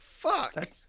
Fuck